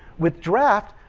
with draft,